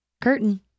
Curtain